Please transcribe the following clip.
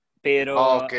Pero